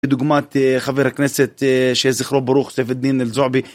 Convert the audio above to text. בדוגמת חבר הכנסת שזכרו ברוך זאוות דין אל זעבי